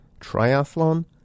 triathlon